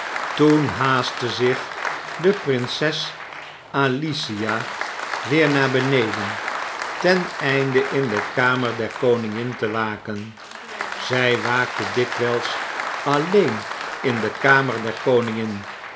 toen haastte zich de prinses alicia weer naar beneden ten einde l in de kamer der koningin te waken zy waakte dikwyls alleen in de kamer der koningin